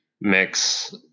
mix